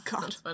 God